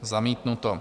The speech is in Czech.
Zamítnuto.